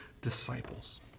disciples